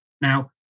Now